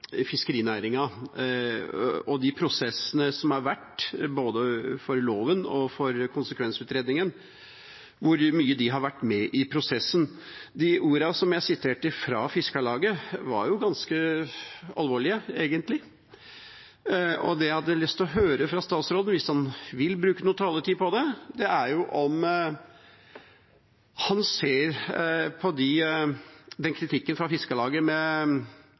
fiskerinæringen og de prosessene som har vært, både for loven og for konsekvensutredningen, og hvor mye de har vært med i prosessen. De ordene jeg siterte fra Fiskarlaget, var egentlig ganske alvorlige, og det jeg har lyst til å høre fra statsråden, hvis han vil bruke taletid på det, er om han ser på kritikken fra Fiskarlaget med